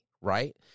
right